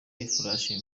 ifarashi